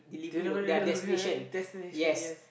didn't really look at destination yes